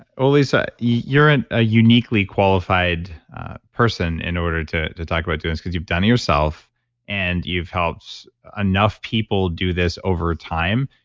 well lisa, you're a uniquely qualified person in order to to talk about doing this because you've done it yourself and you've helped enough people do this over time.